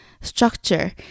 structure